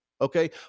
Okay